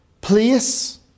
place